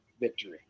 victory